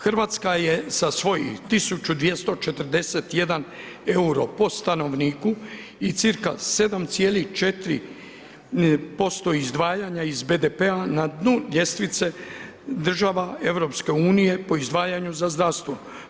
Hrvatska je sa svojih 1241 euro po stanovniku i cirka 7,4 posto izdvajanja iz BDP-a na dnu ljestvice država EU po izdvajanju za zdravstvo.